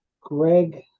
Greg